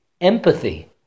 empathy